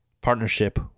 partnership